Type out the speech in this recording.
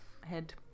head